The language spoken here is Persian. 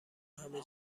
همه